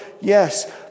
Yes